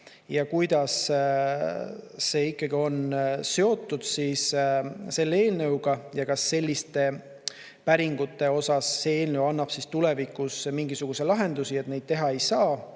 ja kuidas see ikkagi on seotud selle eelnõuga ja kas selliste päringute puhul see eelnõu annab tulevikus mingisuguse lahenduse, et neid teha ei saa.